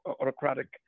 autocratic